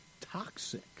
toxic